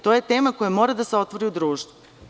To je tema koja mora da se otvori u društvu.